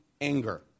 anger